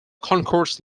concourse